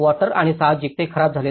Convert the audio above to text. water आणि साहजिकच ते खराब झाले